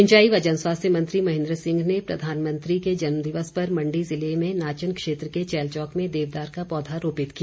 सिंचाई व जनस्वास्थ्य मंत्री महेन्द्र सिंह ने प्रधानमंत्री के जन्म दिवस पर मंडी जिले में नाचन क्षेत्र के चैल चौक में देवदार का पौधा रोपित किया